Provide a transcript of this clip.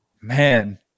Man